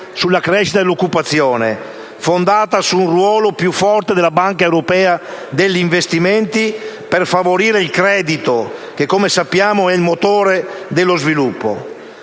sulla crescita e l'occupazione, fondata su un ruolo più forte della Banca europea per gli investimenti, per favorire il credito che, come sappiamo, è motore dello sviluppo.